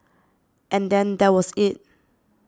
and then that was it